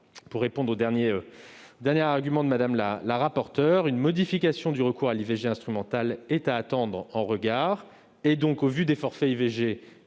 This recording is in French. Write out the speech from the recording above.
pour répondre au dernier argument de Mme la rapporteure, j'indique qu'une modification du recours à l'IVG instrumentale est à attendre en regard. Au vu des forfaits IVG,